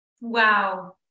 Wow